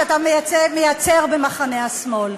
שאתה מייצר במחנה השמאל.